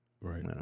Right